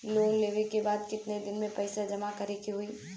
Loan लेले के बाद कितना दिन में पैसा जमा करे के होई?